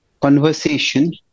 conversation